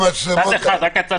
גם בתקופה שלי הוסרט.